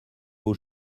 haut